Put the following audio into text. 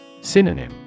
Synonym